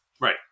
Right